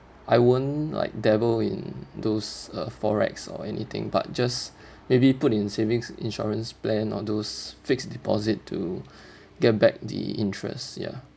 I won't like dabble in those uh FOREX or anything but just maybe put in savings insurance plan on those fixed deposit to get back the interest ya